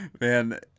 man